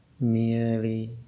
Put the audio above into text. Merely